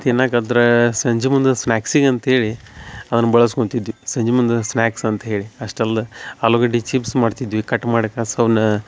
ತಿನ್ನಕದ್ರ ಸಂಜೆ ಮುಂದು ಸ್ನ್ಯಾಕ್ಸಿಗೆ ಅಂತೇಳಿ ಅದನ್ನ ಬಳಸ್ಕೊಂತಿದ್ದಿ ಸಂಜೆ ಮುಂದ ಸ್ನ್ಯಾಕ್ಸ್ ಅಂತ್ಹೇಳಿ ಅಷ್ಟು ಅಲ್ದ ಆಲುಗಡ್ಡಿ ಚಿಪ್ಸ್ ಮಾಡ್ತಿದ್ವಿ ಕಟ್ ಮಾಡಿ ಅವನ್ನ